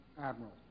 Admiral